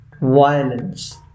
violence